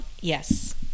Yes